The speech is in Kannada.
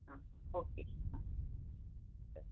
ಹಾಂ ಓಕೆ ಹಾಂ ಸರಿ